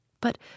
But